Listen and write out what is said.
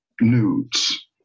nudes